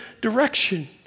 direction